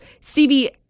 Stevie